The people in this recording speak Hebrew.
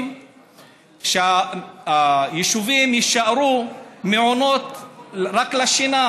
היא שהיישובים יישארו רק מעונות לשינה.